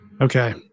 Okay